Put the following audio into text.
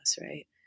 right